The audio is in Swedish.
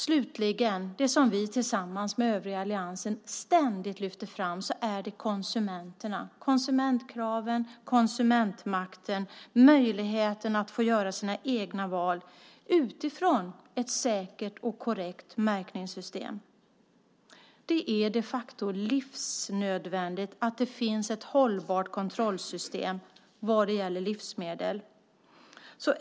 Slutligen är det som vi tillsammans med övriga i alliansen ständigt lyfter fram konsumenterna - konsumentkraven, konsumentmakten, möjligheten att få göra sina egna val utifrån ett säkert och korrekt märkningssystem. Det är de facto livsnödvändigt att det finns ett hållbart kontrollsystem vad gäller livsmedel.